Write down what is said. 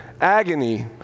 agony